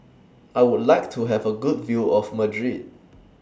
I Would like to Have A Good View of Madrid